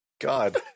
God